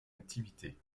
activité